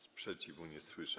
Sprzeciwu nie słyszę.